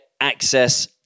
access